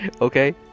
Okay